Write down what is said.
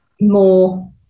more